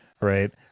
right